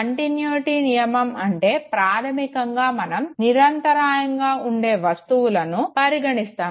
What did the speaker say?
continuity నియమం అంటే ప్రాధమికంగా మనం నిరంతరాయంగా ఉండే వాస్తవులను పరిగణిస్తాము